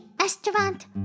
restaurant